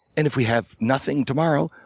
and if we have nothing tomorrow,